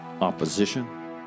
opposition